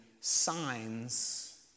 signs